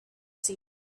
seen